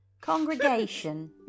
Congregation